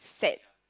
sad